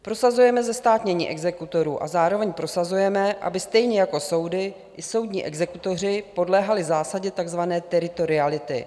Prosazujeme zestátnění exekutorů a zároveň prosazujeme, aby stejně jako soudy, i soudní exekutoři podléhali zásadě takzvané teritoriality.